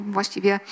Właściwie